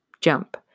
Jump